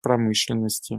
промышленности